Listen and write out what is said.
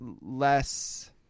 less